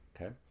Okay